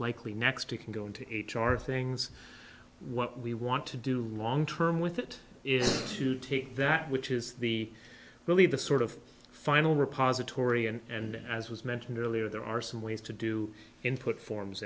likely next to can go into h r things what we want to do long term with it is to take that which is the really the sort of final repository and as was mentioned earlier there are some ways to do input forms